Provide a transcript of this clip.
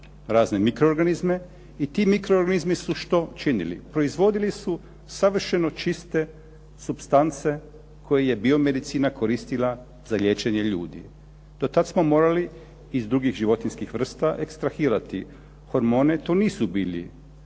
razne mikroorganizme i ti mikroorganizmi su što činili? Proizvodili su savršeno čiste supstance koji je biomedicina koristila za liječenje ljudi. Do tad smo morali iz drugih životinjskih vrsta ekstrahirati hormone, to nisu bili